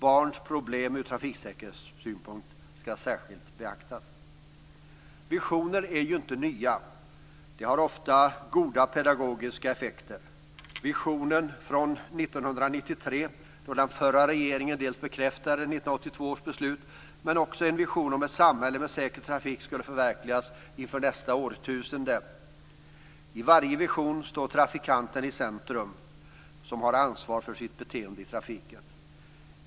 Barns problem ur trafiksäkerhetssynpunkt skall särskilt beaktas. Visioner är inte nya. De har ofta goda pedagogiska effekter. Visionen från 1993, då den förra regeringen bekräftade 1982 års beslut, är en vision om att ett samhälle med säker trafik skall förverkligas inför nästa årtusende. I varje vision står trafikanten i centrum, - som har ansvar för sitt beteende i trafiken.